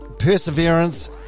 perseverance